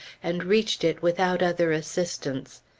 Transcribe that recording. and reached it without other assistance.